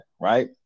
right